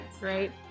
right